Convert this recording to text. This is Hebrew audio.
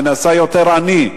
שנעשה יותר עני,